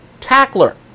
tackler